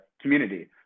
community